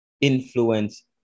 influence